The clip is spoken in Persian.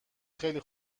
خیلی